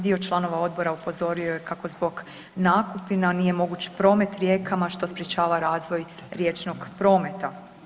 Dio članova odbora upozorio je kako zbog nakupina nije moguć promet rijekama što sprečava razvoj riječnog prometa.